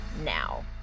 now